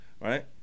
Right